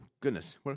Goodness